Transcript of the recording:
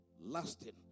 lasting